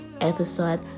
episode